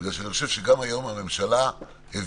בגלל שאני חושב שגם היום הממשלה הבינה,